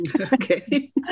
Okay